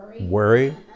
Worry